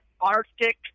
Arctic